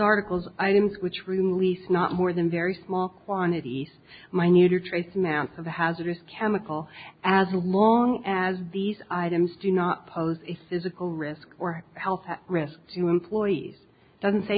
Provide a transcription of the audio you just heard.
articles items which release not more than very small quantities minute or trace amounts of the hazardous chemical as long as these items do not pose a civic a risk or health risk to employees doesn't say